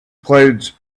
clouds